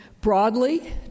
broadly